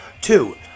Two